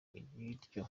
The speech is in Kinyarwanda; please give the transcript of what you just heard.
ibiryo